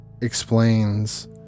explains